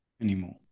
anymore